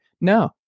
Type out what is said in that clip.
no